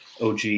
og